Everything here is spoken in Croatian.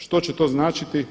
Što će to značiti?